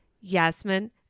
Yasmin